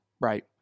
Right